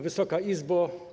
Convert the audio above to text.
Wysoka Izbo!